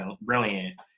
brilliant